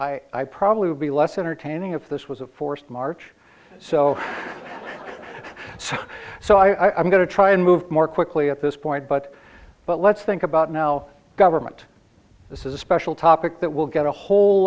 game i probably would be less entertaining if this was a forced march so so i'm going to try and move more quickly at this point but but let's think about now government this is a special topic that will get a whole